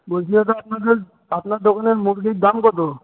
বলছি দাদা আপনাদের আপনার দোকানের মুরগীর দাম কত